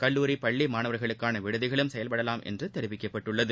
கல்லூரி பள்ளிமாணவர்களுக்கானவிடுதிகளும் செயல்படலாம் என்றுதெரிவிக்கப்பட்டுள்ளது